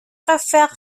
préféré